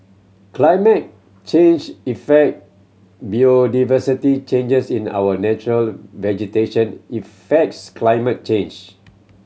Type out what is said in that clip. climate change effect biodiversity changes in our natural vegetation effects climate change